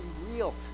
real